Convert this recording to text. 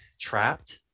trapped